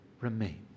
remain